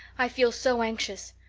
i feel so anxious.